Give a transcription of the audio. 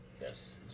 Yes